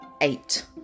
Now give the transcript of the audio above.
Eight